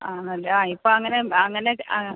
ആ നല്ല ആ ഇപ്പം അങ്ങനെ അങ്ങനെ ആ